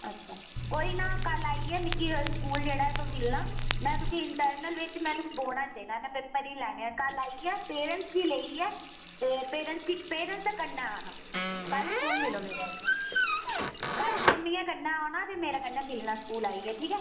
अच्छा कोई ना कल्ल आइयै मिक्की स्कूल जेह्ड़ा ऐ तूं मिलना में तुगी इंटरनल च बिच्च में तुग्गी बौह्ना निं देना ऐ में पेपर निं लैने ऐ कल आइयै पेरैन्ट्स गी लेइयै ते पेरैन्ट्स गी पेरैन्ट्स दे कन्नै औना कल स्कूल मिलो मेरे कन्नै कल मम्मियै कन्नै औना ते मेरे कन्नै मिलना स्कूल आइयै ठीक ऐ